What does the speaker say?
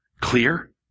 Clear